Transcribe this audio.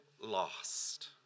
lost